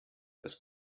dass